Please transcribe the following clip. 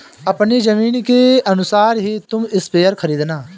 अपनी जमीन के अनुसार ही तुम स्प्रेयर खरीदना